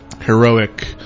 heroic